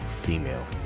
female